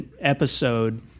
episode